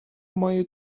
مایع